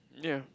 ya